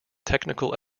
technical